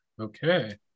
Okay